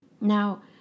Now